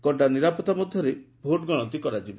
କଡ଼ା ନିରାପତ୍ତା ମଧ୍ୟରେ ଭୋଟ ଗଣତି କରାଯିବ